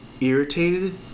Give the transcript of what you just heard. irritated